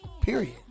Period